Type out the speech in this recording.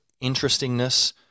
interestingness